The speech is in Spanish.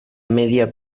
media